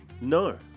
No